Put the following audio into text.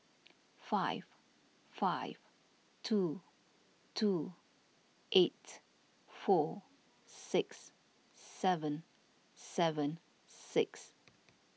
five five two two eight four six seven seven six